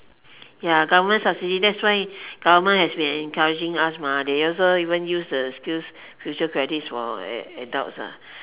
ya government subsidies that's why government has been encouraging us mah they also even use the skills future credits for ad~ adults ah